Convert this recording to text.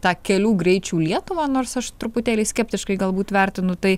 tą kelių greičių lietuvą nors aš truputėlį skeptiškai galbūt vertinu tai